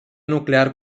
nuclear